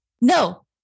No